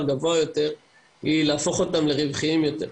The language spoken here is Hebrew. גבוה יותר היא להפוך אותם לרווחיים יותר.